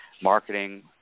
marketing